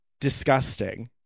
Disgusting